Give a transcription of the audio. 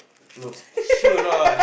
nose sure or not